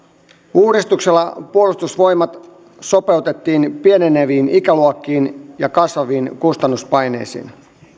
uudistuksella puolustusvoimat sopeutettiin pieneneviin ikäluokkiin ja kasvaviin kustannuspaineisiin